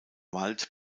wald